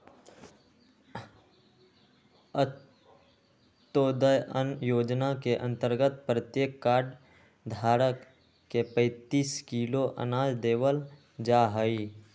अंत्योदय अन्न योजना के अंतर्गत प्रत्येक कार्ड धारक के पैंतीस किलो अनाज देवल जाहई